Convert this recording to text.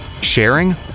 sharing